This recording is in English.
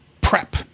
prep